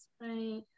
Right